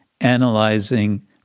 analyzing